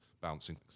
bouncing